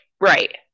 Right